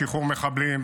שחרור מחבלים,